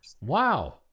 Wow